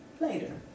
later